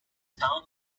town